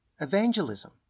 evangelism